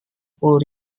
puluh